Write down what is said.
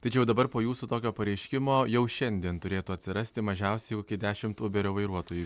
tai čia jau dabar po jūsų tokio pareiškimo jau šiandien turėtų atsirasti mažiausiai dešimt uberio vairuotojų